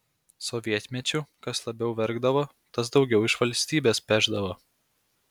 sovietmečiu kas labiau verkdavo tas daugiau iš valstybės pešdavo